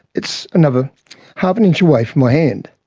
it's another half an inch away from my hand,